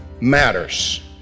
matters